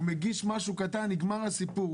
הוא מגיש משהו קטן ונגמר הסיפור.